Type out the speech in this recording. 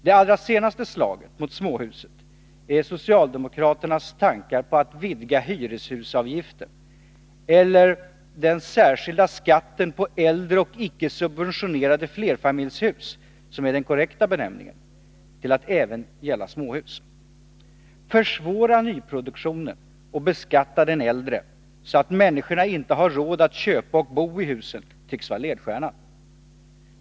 Det allra senaste slaget mot småhusen är socialdemokraternas tankar på att vidga hyreshusavgiften — eller den särskilda skatten på äldre och icke subventionerade flerfamiljshus, som är den korrekta benämningen — till att även gälla småhus. Att försvåra nyproduktion och beskatta den äldre så att människorna inte har råd att köpa och bo i husen tycks vara ledstjärnan.